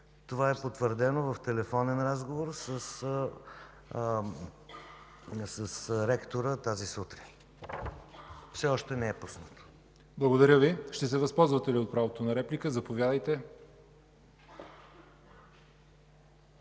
Това е потвърдено в телефонен разговор с ректора тази сутрин. Все още не е пуснато. ПРЕДСЕДАТЕЛ ЯВОР ХАЙТОВ: Благодаря Ви. Ще се възползвате ли от правото на реплика? Заповядайте.